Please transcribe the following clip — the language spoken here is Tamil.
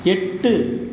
எட்டு